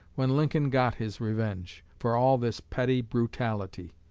when lincoln got his revenge for all this petty brutality.